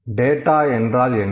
data என்றால் என்ன